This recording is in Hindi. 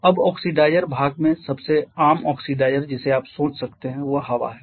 अब ऑक्सीडाइज़र भाग में सबसे आम ऑक्सीडाइज़र जिसे आप सोच सकते हैं वह हवा है